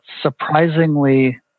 surprisingly